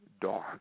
dark